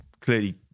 clearly